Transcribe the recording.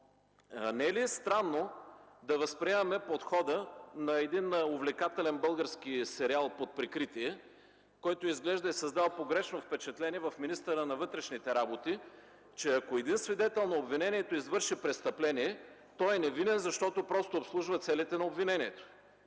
е ли странно обаче да възприемаме подхода на един увлекателен български сериал „Под прикритие”, който изглежда е създал погрешно впечатление в министъра на вътрешните работи, че ако един свидетел на обвинението извърши престъпление, той е невинен, защото просто обслужва целите на обвинението